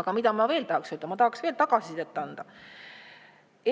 Aga mida ma veel tahaksin öelda? Ma tahaksin veel tagasisidet anda.